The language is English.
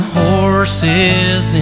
horses